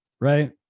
right